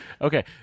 okay